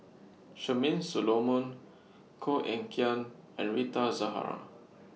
Charmaine Solomon Koh Eng Kian and Rita Zahara